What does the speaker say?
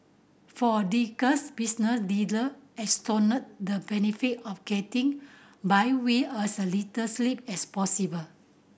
for business leader extolled the benefit of getting by with as a little sleep as possible